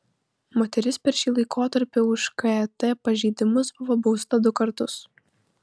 moteris per šį laikotarpį už ket pažeidimus buvo bausta du kartus